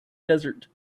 desert